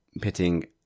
pitting